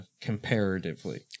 comparatively